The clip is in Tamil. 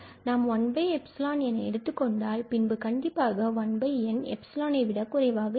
நாம் 1𝜖 என எடுத்துக் கொண்டால் பின்பு கண்டிப்பாக 1n எப்ஸிலோன் ஐ விட குறைவாக இருக்கும்